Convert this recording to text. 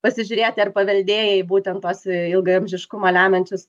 pasižiūrėti ar paveldėjai būtent tuos ilgaamžiškumą lemiančius